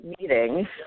meeting